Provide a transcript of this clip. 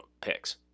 picks